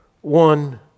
one